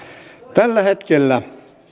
tällä hetkellä